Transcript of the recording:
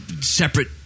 separate